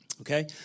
Okay